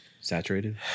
Saturated